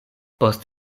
post